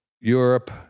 Europe